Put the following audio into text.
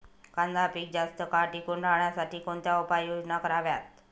कांदा पीक जास्त काळ टिकून राहण्यासाठी कोणत्या उपाययोजना कराव्यात?